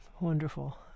Wonderful